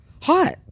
hot